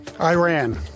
Iran